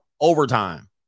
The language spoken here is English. overtime